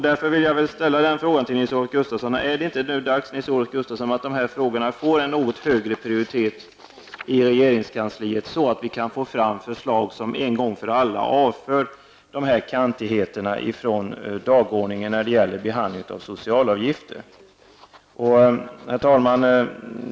Jag vill ställa en fråga till Nils-Olof Gustafsson: Är det inte dags att de här frågorna får en något högre prioritet i regeringskansliet, så att vi kan få fram förslag som en gång för alla avför dessa kantigheter från dagordningen vid behandlingen av socialavgifter? Herr talman!